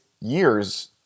years